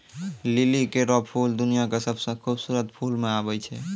लिली केरो फूल दुनिया क सबसें खूबसूरत फूल म आबै छै